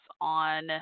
on